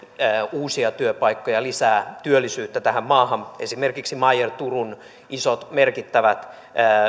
uusia työpaikkoja lisää työllisyyttä tähän maahan esimerkiksi meyer turun isot merkittävät